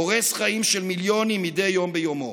הורס חיים של מיליונים מדי יום ביומו.